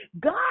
God